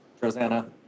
Rosanna